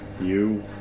You